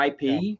IP